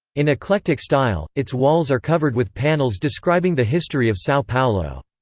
in eclectic style, its walls are covered with panels describing the history of sao paulo.